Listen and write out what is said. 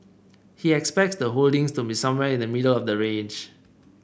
he expects the holdings to be somewhere in the middle of the range